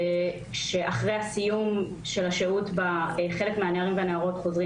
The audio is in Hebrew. שאחרי הסיום של השהות בה חלק מהנערים והנערות חוזרים